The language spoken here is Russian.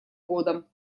годом